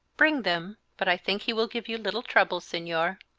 bring them, but i think he will give you little trouble, senor.